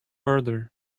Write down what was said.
further